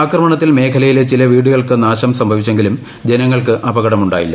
ആക്രമണത്തിൽ മേഖലയിലെ ചില വീടുകൾക്ക് നാശം സംഭവിച്ചെങ്കിലും ജനങ്ങൾക്ക് അപകടം ഉണ്ടായില്ല